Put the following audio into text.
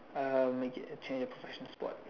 uh make it a change it professional sport